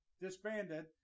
disbanded